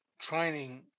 training